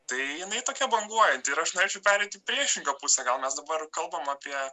tai jinai tokia banguojanti ir aš norėčiau pereiti į priešingą pusę gal mes dabar kalbam apie